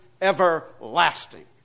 everlasting